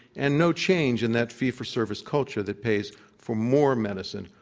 and no change in that fee for service culture that pays for more medicine,